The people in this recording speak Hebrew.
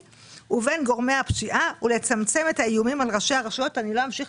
ובין גורמי הפשיעה ולצמצם את האיומים על ראשי הרשויות." לא אמשיך